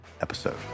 episode